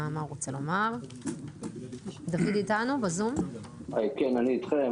כן, אני אתכם.